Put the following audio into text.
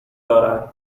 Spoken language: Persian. دارند